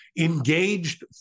engaged